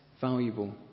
valuable